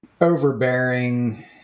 overbearing